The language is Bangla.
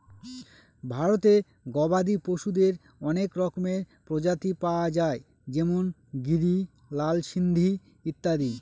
ভারতে গবাদি পশুদের অনেক রকমের প্রজাতি পাওয়া যায় যেমন গিরি, লাল সিন্ধি ইত্যাদি